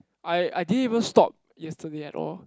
I I didn't even stop yesterday at all